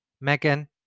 Megan